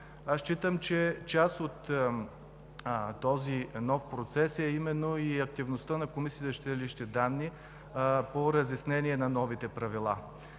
Считам, че част от този нов процес е именно и активността на Комисията за защита на личните данни по разяснение на новите правила.